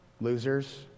losers